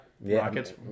Rockets